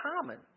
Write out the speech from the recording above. common